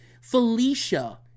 Felicia